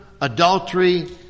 adultery